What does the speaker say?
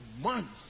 months